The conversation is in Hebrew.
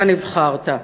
אתה נבחרת.